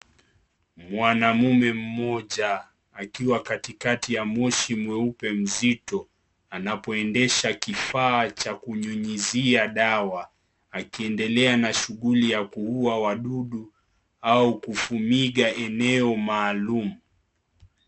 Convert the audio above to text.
Mwanamume mmoja akiwa katikati ya moshi mzito anapoendesha kifaa cha kunyunyuza dawa akiendelea na shuguli ya kuuwa wadudu au kufuniga maeneo maalum.